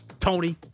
Tony